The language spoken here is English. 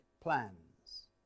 plans